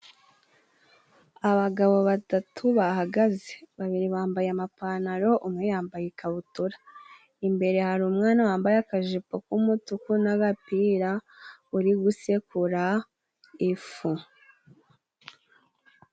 Abagabo batatu bahagaze. Babiri bambaye amapantaro, umwe yambaye ikabutura. Imbere hari umwana wambaye akajipo k'umutuku n'agapira, uri gusekura ifu.